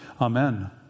Amen